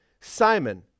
Simon